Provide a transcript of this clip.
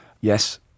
Yes